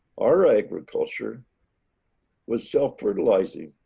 our agriculture was self fertilizing